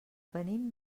venim